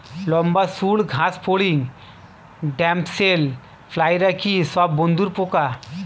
লম্বা সুড় ঘাসফড়িং ড্যামসেল ফ্লাইরা কি সব বন্ধুর পোকা?